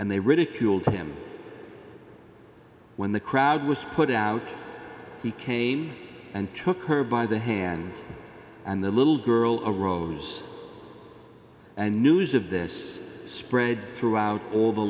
and they ridiculed him when the crowd was put out he came and took her by the hand and the little girl arose and news of this spread throughout all the